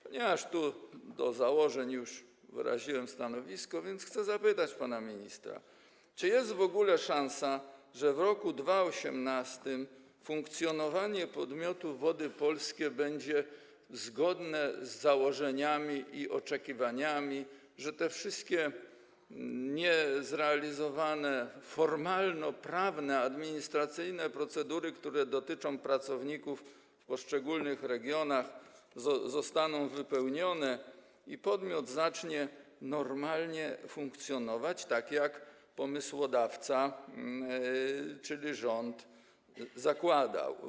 Co do założeń już wyraziłem stanowisko, więc chcę zapytać pana ministra, czy jest w ogóle szansa, że w roku 2018 funkcjonowanie podmiotu Wody Polskie będzie zgodne z założeniami i oczekiwaniami, że te wszystkie niezrealizowane formalnoprawne, administracyjne procedury, które dotyczą pracowników w poszczególnych regionach, zostaną wypełnione i podmiot zacznie normalnie funkcjonować, tak jak pomysłodawca, czyli rząd, zakładał.